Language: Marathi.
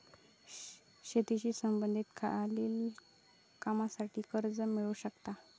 शेतीशी संबंधित खालील कामांसाठी कर्ज मिळू शकता